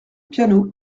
piano